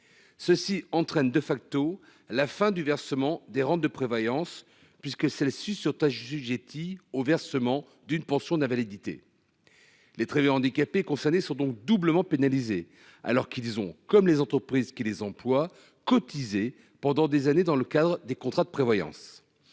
Ceci entraîne de facto la fin du versement des rentes de prévoyance puisque c'est le otages Getty au versement d'une pension d'invalidité. Les travailleurs handicapés concernés sont donc doublement pénalisés alors qu'ils ont comme les entreprises qui les emploient cotisé pendant des années dans le cadre des contrats de prévoyance.